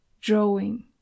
drawing